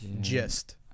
Gist